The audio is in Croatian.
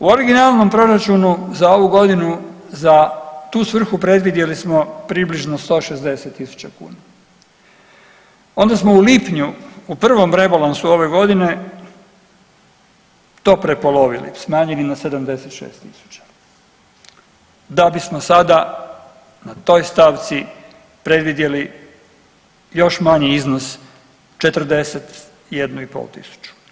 U originalnom proračunu za ovu godinu za tu svrhu predvidjeli smo približno 160.000 kuna, onda smo u lipnju u prvom rebalansu ove godine to prepolovili, smanjili na 76.000 da bismo sada na toj stavci predvidjeli još manji iznos 41.500.